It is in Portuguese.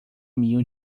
mil